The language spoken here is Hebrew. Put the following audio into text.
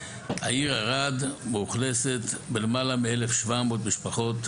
העיר ערד מאוכלסת במעלה מ-1,700 משפחות,